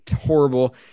horrible